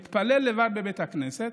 מתפלל לבד בבית הכנסת,